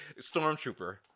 stormtrooper